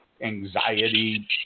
anxiety